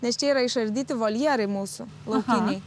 nes čia yra išardyti voljerai mūsų laukiniai